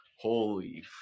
Holy